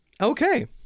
Okay